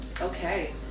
Okay